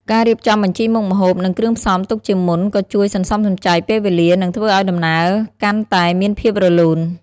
ការរៀបចំបញ្ជីមុខម្ហូប និងគ្រឿងផ្សំទុកជាមុនក៏ជួយសន្សំសំចៃពេលវេលា និងធ្វើឱ្យដំណើរកាន់តែមានភាពរលូន ។